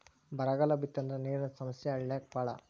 ಬರಗಾಲ ಬಿತ್ತಂದ್ರ ನೇರಿನ ಸಮಸ್ಯೆ ಹಳ್ಳ್ಯಾಗ ಬಾಳ